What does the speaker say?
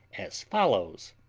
as follows